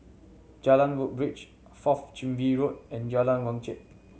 Jalan Woodbridge Fourth Chin Bee Road and Jalan Wajek